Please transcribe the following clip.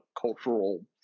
cultural